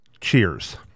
Cheers